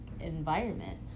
environment